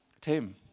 Tim